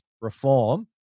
reform